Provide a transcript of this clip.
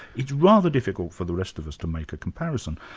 it's rather difficult for the rest of us to make a comparison,